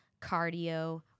cardio